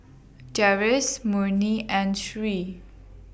Deris Murni and Sri